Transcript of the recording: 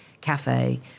Cafe